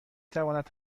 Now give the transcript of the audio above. تواند